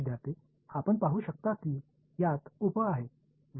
विद्यार्थीः आपण पाहू शकता की यात उप आहे